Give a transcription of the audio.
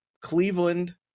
Cleveland